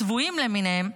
הצבועים למיניהם,